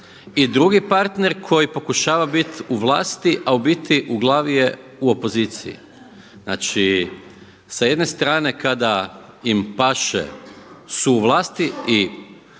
i drugi partner koji pokušava biti u vlasti, a u biti u glavi je u opoziciji. Znači sa jedne strane kada im paše su vlasti i